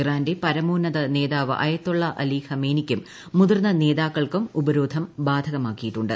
ഇറാന്റെ പരമോന്നത നേതാവ് അയത്തൊള്ള അലി ഖമനേയിക്കും മുതിർന്ന നേതാക്കൾക്കും ഉപരോധം ബാധകമാക്കിയിട്ടുണ്ട്